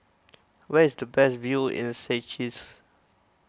where is the best view in Seychelles